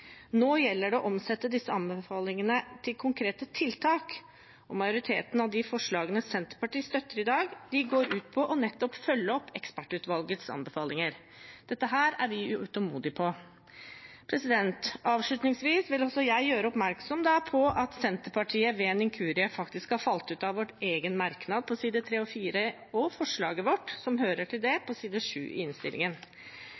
Nå gjelder det å omsette disse anbefalingene til konkrete tiltak. Majoriteten av de forslagene Senterpartiet støtter i dag, går ut på nettopp å følge opp ekspertutvalgets anbefalinger. Dette er vi utålmodige på. Avslutningsvis vil også jeg gjøre oppmerksom på at Senterpartiet ved en inkurie faktisk har falt ut av vår egen merknad på sidene 3 og 4 og forslaget vårt som hører til det, på side 7 i innstillingen. Her peker vi på at vi savner en grundig gjennomgang og en